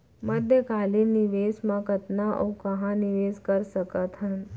मध्यकालीन निवेश म कतना अऊ कहाँ निवेश कर सकत हन?